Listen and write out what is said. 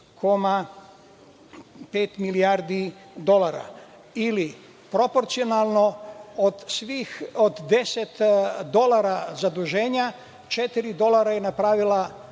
10,5 milijardi dolara, ili proporcionalno, od 10 dolara zaduženja, četiri dolara je napravila